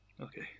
Okay